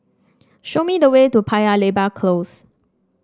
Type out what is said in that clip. show me the way to Paya Lebar Close